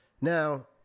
Now